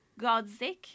Godzik